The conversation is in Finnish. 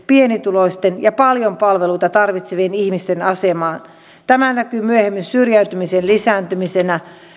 pienituloisten ja paljon palveluita tarvitsevien ihmisten asemaa tämä näkyy myöhemmin syrjäytymisen lisääntymisenä